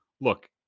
look